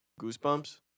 Goosebumps